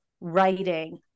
writing